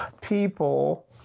people